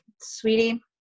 sweetie